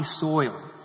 soil